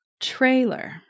trailer